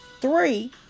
Three